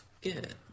Good